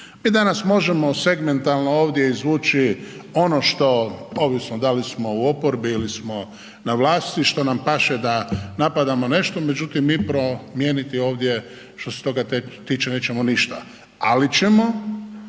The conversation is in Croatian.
Mi danas možemo segmentalno ovdje izvući ono što, ovisno da li smo u oporbi ili smo na vlasti što nam paše da napadamo nešto međutim mi promijeniti ovdje što se toga tiče nećemo ništa ali ćemo